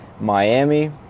Miami